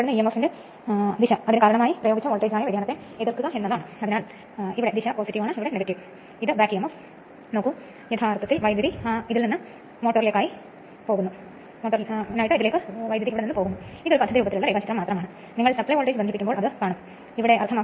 ഞാൻ ആ സർക്യൂട്ട് രേഖാചിത്രം പിന്നീട് കാണിക്കും അതിനാൽ റിവോൾവിംഗ് സ്ലിപ്പ് റിംഗുകളും അനുബന്ധ സ്റ്റേഷണറി ബ്രഷുകളും പരമ്പരയിലെ ബാഹ്യ പ്രതിരോധത്തെ റോട്ടർ വിൻഡിംഗുമായി ബന്ധിപ്പിക്കാൻ ഞങ്ങളെ പ്രാപ്തമാക്കുന്നു